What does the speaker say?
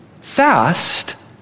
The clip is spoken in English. fast